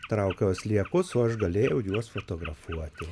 traukiojo sliekus o aš galėjau juos fotografuoti